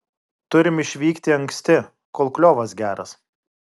turim išvykti anksti kol kliovas geras